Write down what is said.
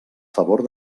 favor